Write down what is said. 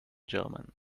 german